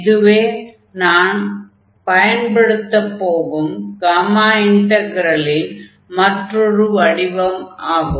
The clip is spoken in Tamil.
இதுவே நாம் பயன்படுத்த போகும் காமா இன்டக்ரலின் மற்றொரு வடிவம் ஆகும்